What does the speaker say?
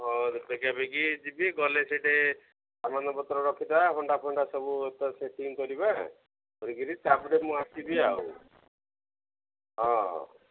ହଁ ବେଗାବେଗି ଯିବି ଗଲେ ସେଠି ସାମାନପତ୍ର ରଖିଥିବ ହଣ୍ଡା ଫଣ୍ଡା ସବୁ ଏ ସେଟିଂ କରିବା କରିକିରି ତାପରେ ମୁଁ ଆସିବି ଆଉ ହଁ